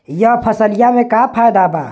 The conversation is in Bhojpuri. यह फसलिया में का फायदा बा?